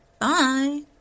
Bye